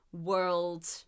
world